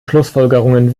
schlussfolgerungen